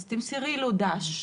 אז תמסרי לו ד"ש